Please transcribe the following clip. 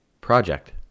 project